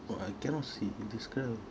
!wah! I cannot see describe a